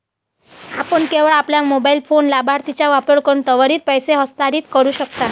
आपण केवळ आपल्या मोबाइल फोन लाभार्थीचा वापर करून त्वरित पैसे हस्तांतरित करू शकता